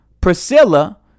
Priscilla